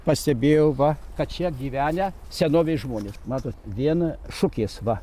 pastebėjau va kad čia gyvenę senovės žmonės matot viena šukės va